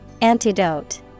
Antidote